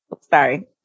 sorry